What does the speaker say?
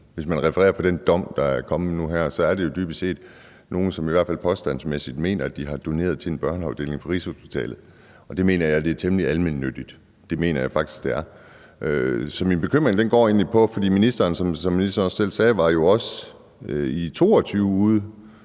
Hvis man refererer fra den dom, der er kommet nu her, er det jo dybest set nogle, som i hvert fald påstandsmæssigt mener, at de har doneret til en børneafdeling på Rigshospitalet, og det mener jeg er temmelig almennyttigt. Det mener jeg faktisk det er. Ministeren var, som ministeren også selv sagde, jo også i 2022 ude